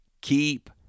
keep